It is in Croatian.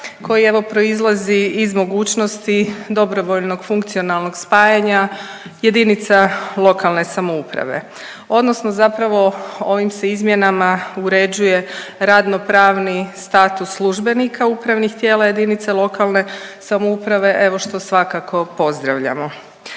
koji evo proizlazi iz mogućnosti dobrovoljnog funkcionalnog spajanja jedinica lokalne samouprave odnosno zapravo ovim se izmjenama uređuje radno-pravni status službenika upravnih tijela jedinica lokalne samouprave evo što svakako pozdravljamo.